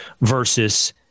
versus